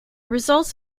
results